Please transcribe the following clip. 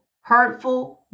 hurtful